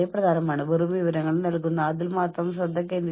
സംഭരിക്കാൻ പ്രവണത കാണിക്കുന്നവരാണ് അതിനാൽ ഇത് എടുക്കുക